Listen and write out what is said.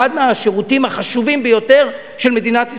אחד מהשירותים החשובים ביותר של מדינת ישראל,